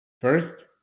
First